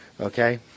okay